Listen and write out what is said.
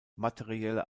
materielle